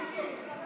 מיקי,